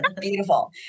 beautiful